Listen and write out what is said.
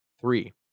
three